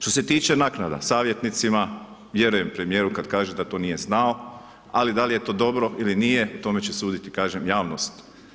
Što se tiče naknada savjetnicima, vjerujem premijeru kad kaže da to nije znao, ali da li je to dobro ili nije, tome će suditi javnost.